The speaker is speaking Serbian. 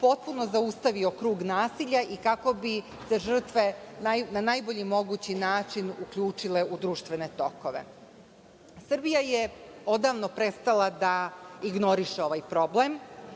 potpuno zaustavio krug nasilja i kako bi se žrtve na najbolji mogući način uključile u društvene tokove. Srbija je odavno prestala da ignoriše ovaj problem.